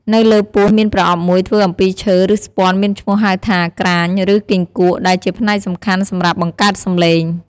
នៅលើពោះមានប្រអប់មួយធ្វើអំពីឈើ ឬស្ពាន់មានឈ្មោះហៅថា ក្រាញ ឬ គីង្គក់ ដែលជាផ្នែកសំខាន់សម្រាប់បង្កើតសំឡេង។